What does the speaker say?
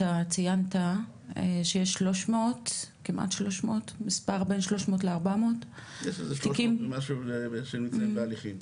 אתה ציינת שיש בין 300 ל-400 תיקים שנמצאים בהליכים.